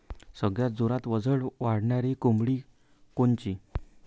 सगळ्यात जोरात वजन वाढणारी कोंबडी कोनची?